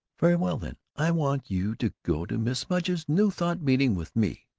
very well then, i want you to go to mrs. mudge's new thought meeting with me,